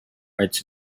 arts